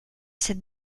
cette